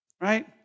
Right